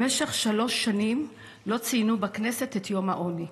במשך שלוש שנים, לא ציינו בכנסת את יום העוני.